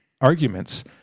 arguments